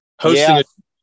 hosting